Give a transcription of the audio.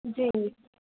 جی